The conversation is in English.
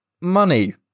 money